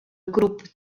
grupp